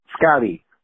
Scotty